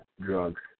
drugs